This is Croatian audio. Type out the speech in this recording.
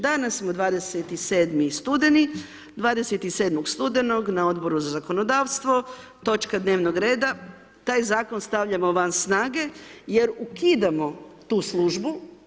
Danas smo 27. studeni, 27.-og studenog na Odboru za zakonodavstvo, točka dnevnog reda, taj Zakon stavljamo van snage jer ukidamo tu službu.